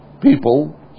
people